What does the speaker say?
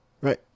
right